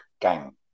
gang